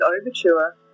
Overture